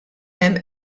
hemm